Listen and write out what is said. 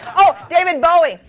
oh, david bowie.